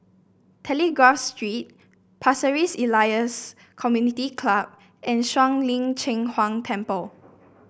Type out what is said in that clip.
Telegraph Street Pasir Ris Elias Community Club and Shuang Lin Cheng Huang Temple